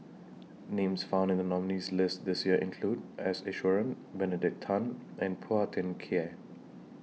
Names found in The nominees' list This Year include S Iswaran Benedict Tan and Phua Thin Kiay